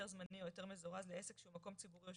היתר זמני או היתר מזורז לעסק שהוא מקום ציבורי או